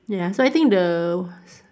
ya so I think the